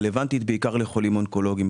רלוונטית בעיקר לחולים אונקולוגיים,